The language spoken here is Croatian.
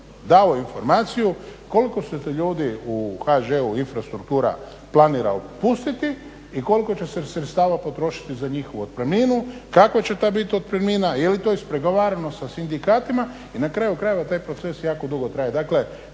dao informaciju koliko su ti ljudi u HŽ-u, infrastruktura planira otpustiti i koliko će se sredstava potrošiti za njihovu otpremninu, kakva će ta biti otpremnina, je li to ispregovarano sa sindikatima i na kraju krajeva taj proces jako dugo traje.